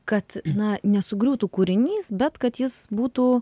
kad na nesugriūtų kūrinys bet kad jis būtų